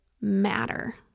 matter